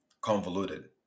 convoluted